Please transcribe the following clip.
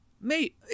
Mate